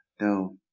no